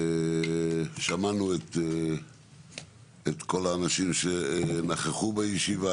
שמענו את כל האנשים שנכחו בישיבה,